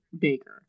baker